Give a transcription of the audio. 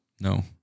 No